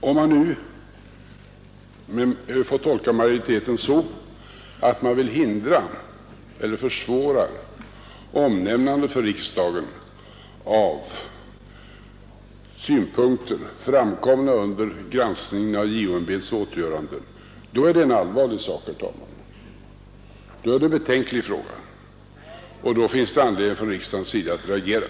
Om man nu får tolka majoritetens yttrande så att den vill ändra eller försvåra omnämnande för riksdagen av synpunkter, framkomna under granskningen av JO-ämbetets åtgöranden, då är det en allvarlig sak. Det skulle vara betänkligt, och då funnes det anledning för riksdagen att reagera.